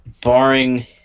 barring